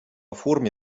форме